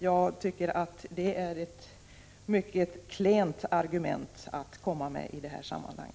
Jag tycker att det är ett mycket klent argument i detta sammanhang.